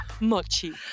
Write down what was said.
Mochi